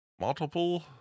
multiple